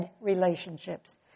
relationships